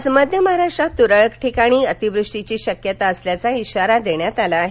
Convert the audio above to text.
आज मध्य महाराष्ट्रात तुरळक ठिकाणी अतिवृष्टीची शक्यता असल्याचा ईशारा देण्यात आला आहे